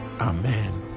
Amen